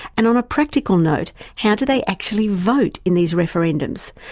and on a practical note, how do they actually vote in these referendums?